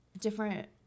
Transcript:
different